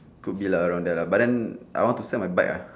could be lah around there but then I want to sell my bike ah